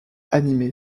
animé